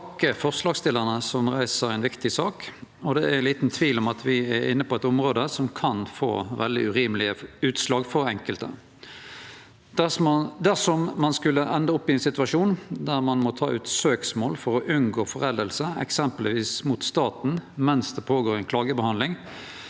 vil takke forslagsstillarane, som reiser ei viktig sak. Det er liten tvil om at me er inne på eit område som kan få veldig urimelege utslag for enkelte. Dersom ein skulle ende opp i ein situasjon der ein må ta ut søksmål for å unngå forelding, eksempelvis mot staten, mens ein held på med ei klagebehandling,